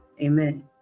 Amen